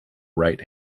right